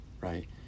right